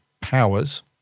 powers